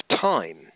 time